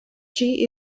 she